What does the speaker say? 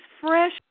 fresh